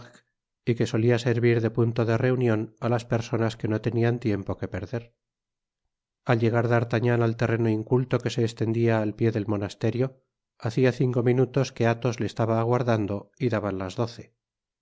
y que solía servir de punto de reunion á las personas que no tenían tiempo que perder al llegar d'artagnan al terreno inculto que se estendia al pié del monasterio hacia cinco minutos que atbos le estaba aguardando y daban las doce